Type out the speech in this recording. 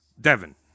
Devon